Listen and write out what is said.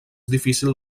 difícil